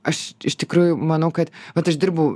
aš iš tikrųjų manau kad mat aš dirbu